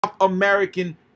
American